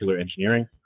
Engineering